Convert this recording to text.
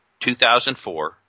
2004